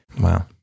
Wow